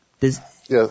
Yes